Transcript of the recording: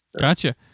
Gotcha